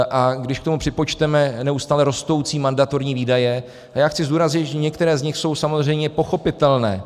A když k tomu připočteme neustále rostoucí mandatorní výdaje a já chci zdůraznit, že některé z nich jsou samozřejmě pochopitelné.